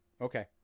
Okay